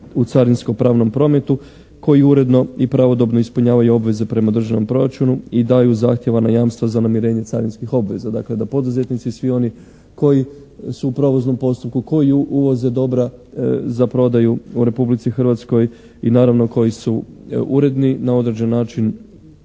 u carinsko-pravnom prometu koji uredno i pravodobno ispunjavanju obveze prema državnom proračunu i daju zahtjev na jamstva za namirenje carinskih obveza. Dakle da poduzetnici i svi oni koji su u prijevoznom postupku, koji uvoze dobra za prodaju u Republici Hrvatskoj i naravno koji su uredni na određen način